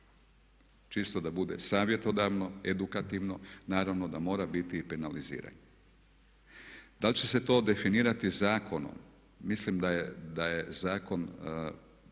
čisto da bude savjetodavno, edukativno, naravno da mora biti i penaliziranje. Da li će se to definirati zakonom. Mislim da je zakon